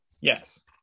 Yes